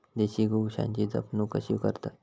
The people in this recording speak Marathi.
देशी गोवंशाची जपणूक कशी करतत?